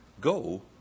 Go